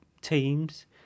teams